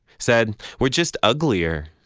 said we're just uglier.